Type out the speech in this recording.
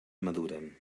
maduren